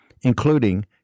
including